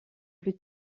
plus